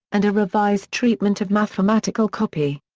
and a revised treatment of mathematical copy.